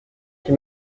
qui